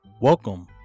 Welcome